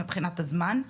מבחינת הזמן,